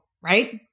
right